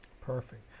Perfect